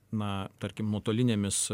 na tarkim nuotolinėmis